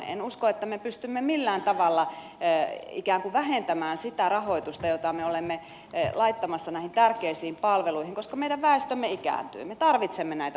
en usko että me pystymme millään tavalla ikään kuin vähentämään sitä rahoitusta jota me olemme laittamassa näihin tärkeisiin palveluihin koska meidän väestömme ikääntyy me tarvitsemme näitä palveluja